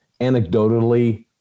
anecdotally